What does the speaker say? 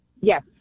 Yes